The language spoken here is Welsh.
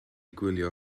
gwylio